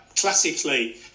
classically